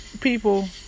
people